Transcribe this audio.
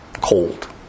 cold